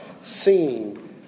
seen